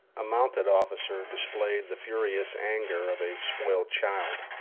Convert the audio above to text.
a mounted officer displayed the furious anger of a spoiled child.